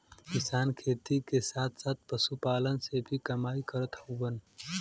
किसान खेती के साथ साथ पशुपालन से भी कमाई करत हउवन